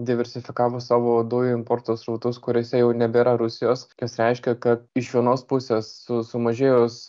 diversifikavo savo dujų importo srautus kuriuose jau nebėra rusijos kas reiškia kad iš vienos pusės su sumažėjus